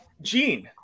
Gene